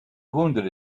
wounded